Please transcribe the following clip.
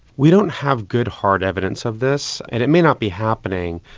we don't have good, hard evidence of this, and it may not be happening,